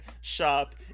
shop